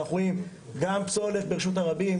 ואנחנו רואים גם פסולת ברשות הרבים,